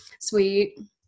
Sweet